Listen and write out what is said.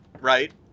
right